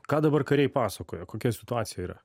ką dabar kariai pasakoja kokia situacija yra